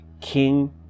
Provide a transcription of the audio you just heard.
king